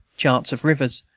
charts of rivers,